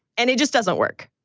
and it just doesn't work.